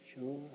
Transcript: sure